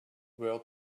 were